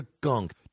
Gunk